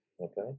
okay